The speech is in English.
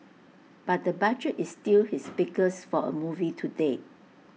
but the budget is still his biggest for A movie to date